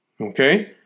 Okay